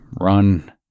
run